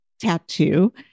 tattoo